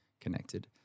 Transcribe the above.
connected